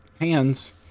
hands